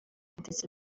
ndetse